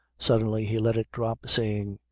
suddenly he let it drop saying,